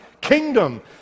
kingdom